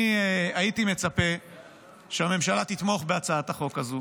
אני הייתי מצפה שהממשלה תתמוך בהצעת החוק הזאת